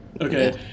Okay